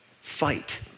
Fight